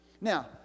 Now